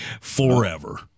Forever